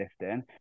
lifting